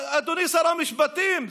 אדוני שר המשפטים,